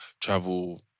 travel